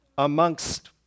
Amongst